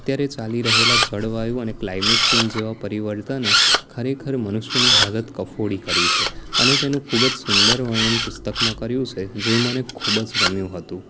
અત્યારે ચાલી રહેલા જળવાયુ અને ક્લાયમેટ ચેન્જ જેવાં પરિવર્તને ખરેખર મનુષ્યની હાલત કફોડી કરી છે અને તેનું ખૂબ જ સુંદર વર્ણન પુસ્તકમાં કર્યું છે જે મને ખૂબ જ ગમ્યું હતું